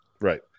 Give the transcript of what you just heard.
right